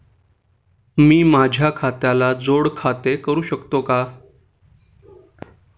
मी माझ्या खात्याला जोड खाते करू शकतो का?